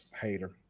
Hater